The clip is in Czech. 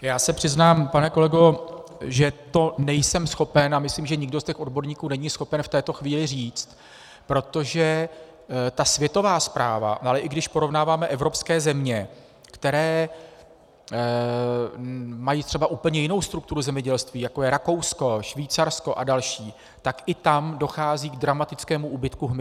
Já se přiznám, pane kolego, že to nejsem schopen, a myslím, že nikdo z těch odborníků není schopen v této chvíli říct, protože ta světová zpráva, ale i když porovnáváme evropské země, které mají třeba úplně jinou strukturu zemědělství, jako je Rakousko, Švýcarsko a další, tak i tam dochází k dramatickému úbytku hmyzu.